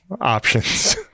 options